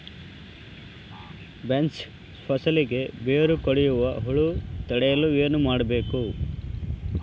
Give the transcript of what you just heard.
Beans ಫಸಲಿಗೆ ಬೇರು ಕಡಿಯುವ ಹುಳು ತಡೆಯಲು ಏನು ಮಾಡಬೇಕು?